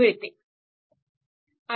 मिळते